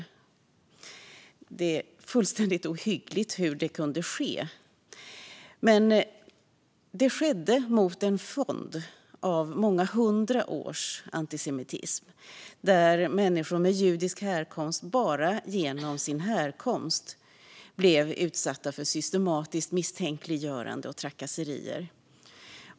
Det är fullständigt ohyggligt hur det kunde ske. Men det skedde mot en fond av många hundra års antisemitism, där människor med judisk härkomst bara genom sin härkomst blev utsatta för systematiskt misstänkliggörande och trakasserier.